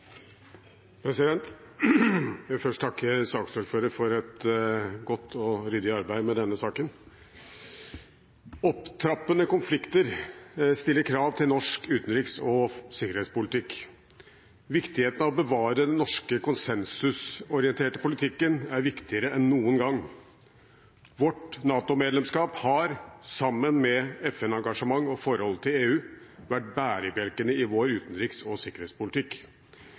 Jeg vil først takke saksordføreren for et godt og ryddig arbeid med denne saken. Opptrappende konflikter stiller krav til norsk utenriks- og sikkerhetspolitikk. Viktigheten av å bevare den norske konsensusorienterte politikken er større enn noen gang. Vårt NATO-medlemskap har, sammen med FN-engasjement og forholdet til EU, vært bærebjelkene i vår utenriks- og sikkerhetspolitikk.